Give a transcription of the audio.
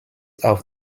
auf